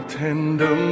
tender